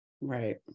Right